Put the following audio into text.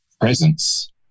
presence